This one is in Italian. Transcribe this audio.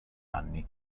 anni